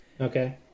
Okay